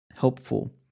helpful